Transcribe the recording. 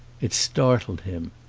it startled him.